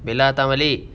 bella datang balik